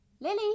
Lily